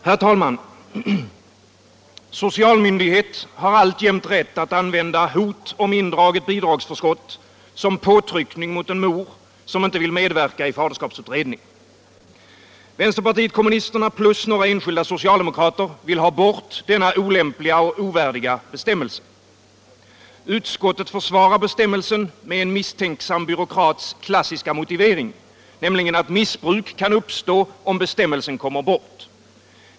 Herr talman! Socialmyndighet har alltjämt rätt att använda hot om indraget bidragsförskott som påtryckning mot en mor som inte vill medverka i faderskapsutredning. Vänsterpartiet kommunisterna plus några enskilda socialdemokrater vill ha bort denna olämpliga och ovärdiga bestämmelse. Utskottet försvarar bestämmelsen med en misstänksam byråkratiskklassisk motivering, nämligen att missbruk kan uppstå om bestämmelsen tas bort.